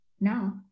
No